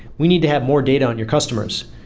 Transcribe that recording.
we need to have more data on your customers.